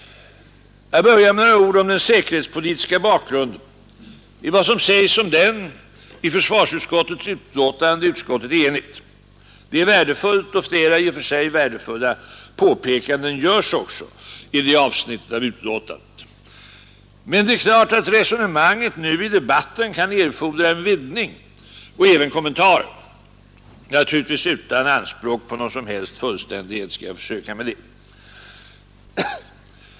Jag börjar med några ord om den säkerhetspolitiska bakgrunden. Beträffande vad som sägs om den i försvarsutskottets betänkande är utskottet enigt. Det är värdefullt, och flera i och för sig värdefulla påpekanden görs också. Men resonemangen nu i debatten kan naturligtvis behöva vidgas och kommenteras. Naturligtvis utan anspråk på någon som helst fullständighet skall jag göra det.